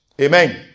amen